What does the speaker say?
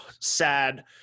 sad